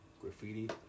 graffiti